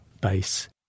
base